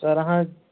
sir अहाँ